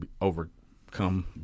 overcome